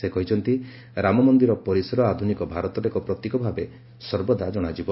ସେ କହିଛନ୍ତି ରାମମନ୍ଦିର ପରିସର ଆଧୁନିକ ଭାରତର ଏକ ପ୍ରତୀକ ଭାବେ ସର୍ବଦା ଜଣାଯିବ